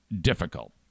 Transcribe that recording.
difficult